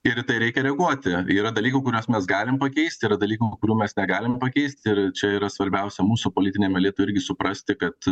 ir į tai reikia reaguoti yra dalykų kuriuos mes galim pakeisti yra dalykų kurių mes negalim pakeisti ir čia yra svarbiausia mūsų politiniam elitui irgi suprasti kad